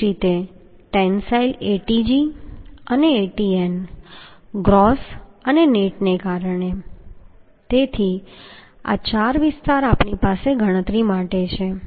તેવી જ રીતે ટેન્સાઈલ Atg અને Atn ગ્રોસ અને નેટને કારણે તેથી આ ચાર વિસ્તાર આપણી પાસે ગણતરી માટે છે